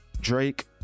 Drake